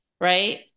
right